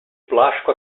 plástico